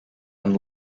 and